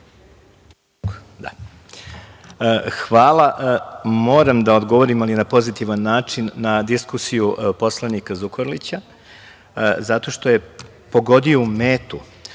Hvala. Moram da odgovorim, ali na pozitivan način, na diskusiju poslanika Zukorlića, zato što je pogodio u